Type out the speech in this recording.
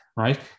right